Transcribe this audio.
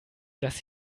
dass